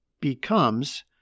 becomes